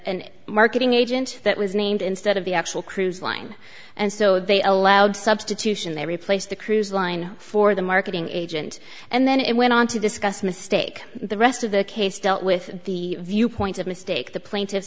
with marketing agent that was named instead of the actual cruise line and so they allowed substitution they replaced the cruise line for the marketing agent and then it went on to discuss mistake the rest of the case dealt with the viewpoint of mistake the plaintiffs